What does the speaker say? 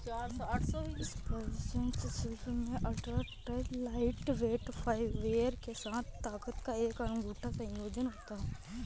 spider silk में ultra lightweight fibre के साथ ताकत का एक अनूठा संयोजन होता है